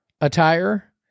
attire